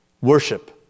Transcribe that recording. Worship